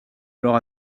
alors